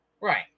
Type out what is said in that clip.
Right